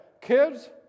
Kids